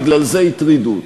בגלל זה הטרידו אותה.